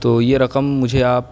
تو یہ رقم مجھے آپ